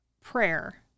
prayer